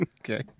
Okay